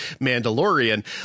Mandalorian